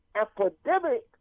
epidemic